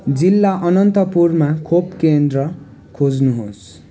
जिल्ला अनन्तपुरमा खोप केन्द्र खोज्नुहोस्